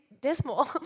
dismal